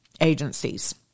agencies